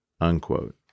unquote